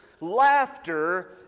laughter